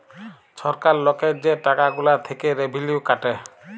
ছরকার লকের যে টাকা গুলা থ্যাইকে রেভিলিউ কাটে